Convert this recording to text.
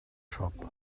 shop